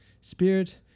Spirit